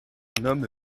homme